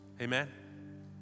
Amen